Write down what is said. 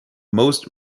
most